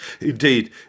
Indeed